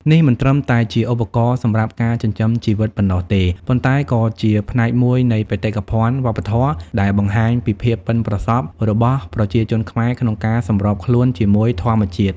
នេះមិនត្រឹមតែជាឧបករណ៍សម្រាប់ការចិញ្ចឹមជីវិតប៉ុណ្ណោះទេ ប៉ុន្តែក៏ជាផ្នែកមួយនៃបេតិកភណ្ឌវប្បធម៌ដែលបង្ហាញពីភាពប៉ិនប្រសប់របស់ប្រជាជនខ្មែរក្នុងការសម្របខ្លួនជាមួយធម្មជាតិ។